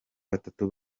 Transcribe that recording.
batatu